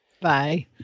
bye